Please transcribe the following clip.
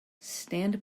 stand